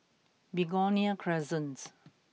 Begonia Crescent